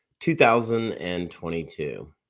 2022